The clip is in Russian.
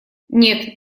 нет